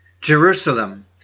Jerusalem